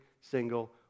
single